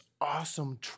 awesome